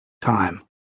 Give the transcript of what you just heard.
time